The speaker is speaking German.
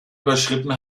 überschritten